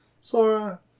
Sora